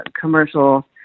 commercial